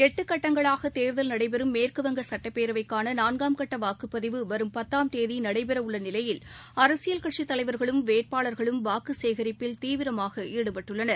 எட்டுகட்டங்களாகதேர்தல் நடைபெறும் மேற்குவங்க சட்டப்பேரவைக்கானநான்காம் கட்டவாக்குப்பதிவு வரும் பத்தாம் தேதிநடைபெறவுள்ளநிலையில் அரசியல் கட்சித் தலைவர்களும் வேட்பாளர்களும் வாக்குசேகரிப்பில் தீவிரமாகஈடுபட்டுள்ளனர்